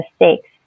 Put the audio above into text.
mistakes